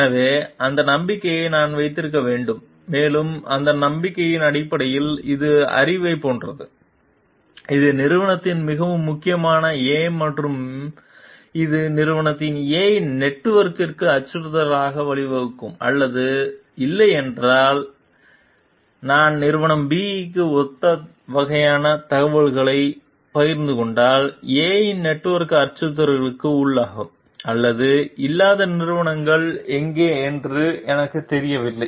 எனவே அந்த நம்பிக்கையை நான் வைத்திருக்க வேண்டும் மேலும் அந்த நம்பிக்கையின் அடிப்படையில் இது அறிவைப் போன்றது இது நிறுவனத்திற்கு மிகவும் முக்கியமானது A மற்றும் இது நிறுவனத்தின் A இன் நெட்வொர்க்கிற்கு அச்சுறுத்தலுக்கு வழிவகுக்கும் அல்லது இல்லை என்றால் ஏனென்றால் நான் நிறுவனம் B க்கு ஒத்த வகையான தகவல்களைப் பகிர்ந்து கொண்டால்A இன் நெட்வொர்க் அச்சுறுத்தலுக்கு உள்ளாகும் அல்லது இல்லாத நிறுவனங்கள் எங்கே என்று எனக்குத் தெரியவில்லை